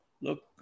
Look